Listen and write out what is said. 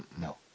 No